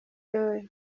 roy